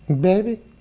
Baby